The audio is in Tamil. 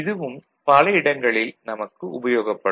இதுவும் பல இடங்களில் நமக்கு உபயோகப்படும்